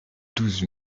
douze